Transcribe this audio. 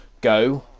go